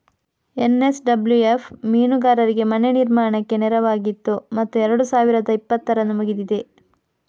NSWF ಮೀನುಗಾರರಿಗೆ ಮನೆ ನಿರ್ಮಾಣಕ್ಕೆ ನೆರವಾಗಿತ್ತು ಮತ್ತು ಎರಡು ಸಾವಿರದ ಇಪ್ಪತ್ತರಂದು ಮುಗಿದಿದೆ